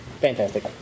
Fantastic